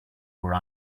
were